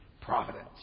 Providence